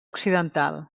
occidental